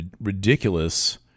ridiculous